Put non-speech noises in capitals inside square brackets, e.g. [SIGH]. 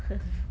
[LAUGHS]